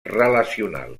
relacional